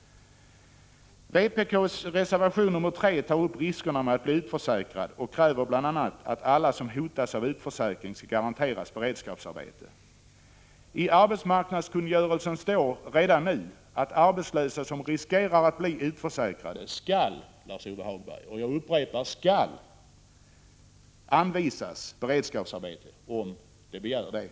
Vpk tar i reservation nr 3 upp riskerna med att bli utförsäkrad och kräver bl.a. att alla som hotas av utförsäkring skall garanteras beredskapsarbete. I arbetsmarknadskungörelsen heter det redan nu att arbetslösa som riskerar att bli utförsäkrade skall — jag poängterar att det står skall, Lars-Ove Hagberg — anvisas beredskapsarbete om de begär det.